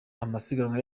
amasiganwa